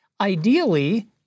Ideally